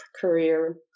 career